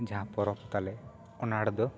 ᱡᱟᱦᱟᱸ ᱯᱚᱨᱚᱵᱽ ᱛᱟᱞᱮ ᱚᱱᱟ ᱨᱮᱫᱚ